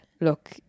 look